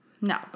no